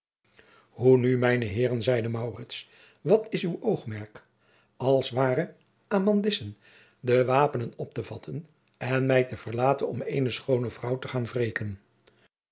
hoe nu mijne heeren zeide maurits wat is uw oogmerk als ware amadissen de wapenen op te vatten en mij te verlaten om eene schoone vrouw te gaan wreken